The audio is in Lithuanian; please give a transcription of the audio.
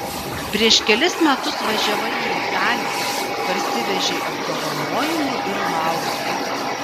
prieš kelis metus važiavai į italiją parsivežei apdovanojimų ir laurų